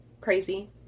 crazy